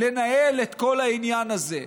לנהל את כל העניין הזה,